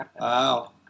Wow